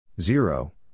zero